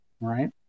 Right